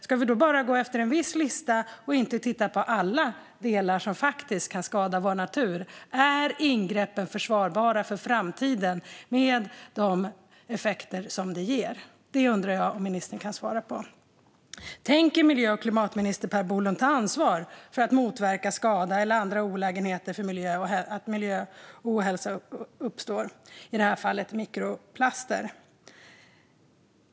Ska vi bara gå efter en viss lista och inte titta på alla delar som kan skada vår natur? Är ingreppen försvarbara för framtiden, med de effekter som de ger? Detta undrar jag om ministern kan svara på. Tänker miljö och klimatminister Per Bolund ta ansvar för att motverka skada eller att andra olägenheter för miljö eller hälsa uppstår, i det här fallet mikroplaster?